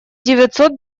девятьсот